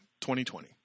2020